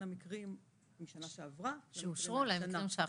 המקרים משנה שעברה שאושרו לבין המקרים האלה.